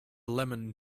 lemon